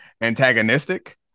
antagonistic